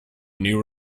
new